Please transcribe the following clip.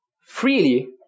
freely